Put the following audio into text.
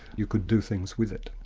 you could do things with it.